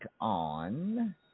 on